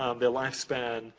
um their lifespan,